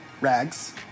Rags